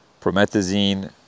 promethazine